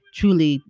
truly